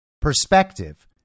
perspective